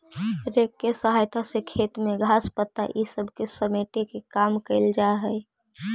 rake के सहायता से खेत में घास, पत्ता इ सब के समेटे के काम कईल जा हई